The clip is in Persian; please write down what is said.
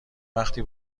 وقتی